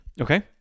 Okay